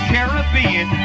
Caribbean